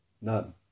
None